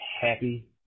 happy